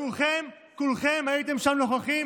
כולכם הייתם שם נוכחים,